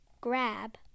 grab